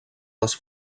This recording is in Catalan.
les